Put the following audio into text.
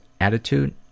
attitude